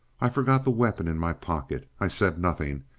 i forgot the weapon in my pocket. i said nothing,